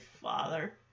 father